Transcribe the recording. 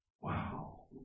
Wow